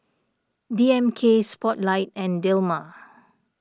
D M K Spotlight and Dilmah